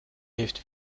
hilft